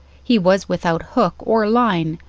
he was without hook or line,